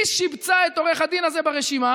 היא שיבצה את עורך הדין הזה ברשימה,